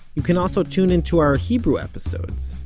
you can also tune into our hebrew episodes,